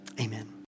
Amen